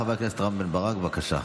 חבר הכנסת רם בן ברק, בבקשה.